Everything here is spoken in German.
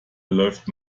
läuft